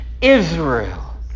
Israel